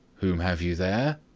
whom have you there?